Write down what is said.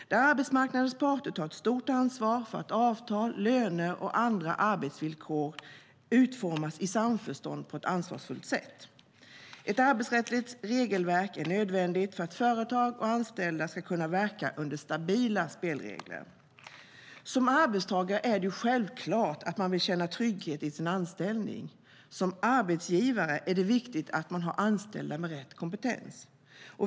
Arbetsmarknadens parter tar ett stort ansvar för att avtal, löner och andra arbetsvillkor utformas i samförstånd på ett ansvarsfullt sätt. Ett arbetsrättsligt regelverk är nödvändigt för att företag och anställda ska kunna verka under stabila spelregler. Som arbetstagare vill man självfallet känna trygghet i sin anställning. Som arbetsgivare är det viktigt att man har anställda med rätt kompetens.